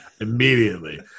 Immediately